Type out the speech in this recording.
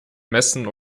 messen